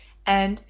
and,